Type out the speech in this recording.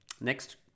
Next